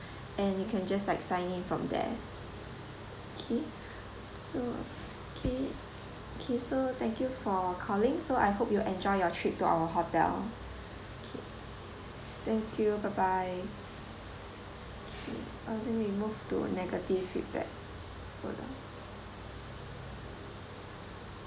and you can just like signing from there okay so okay okay so thank you for calling so I hope you enjoy your trip to our hotel okay thank you bye bye okay uh then we move to negative feedback hold on